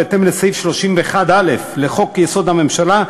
בהתאם לסעיף 31(א) לחוק-יסוד: הממשלה,